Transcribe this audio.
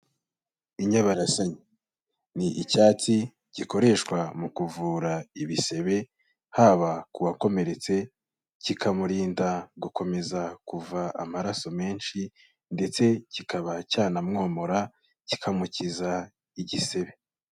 Inyabarasanya ni icyatsi gikoreshwa mu kuvura ibisebe, haba ku bakomeretse kikamurinda gukomeza kuva amaraso menshi ndetse kikaba cyanamwomora kikamukiza igisebe.